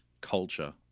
culture